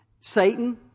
Satan